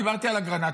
דיברתי על אגרנט,